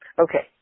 Okay